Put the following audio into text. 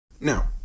Now